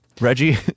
Reggie